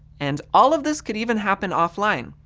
and all of this could even happen offline,